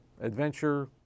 adventure